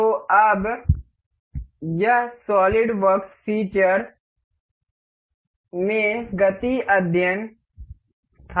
तो अब यह सॉलिडवर्क्स फीचर्स में गति अध्ययन था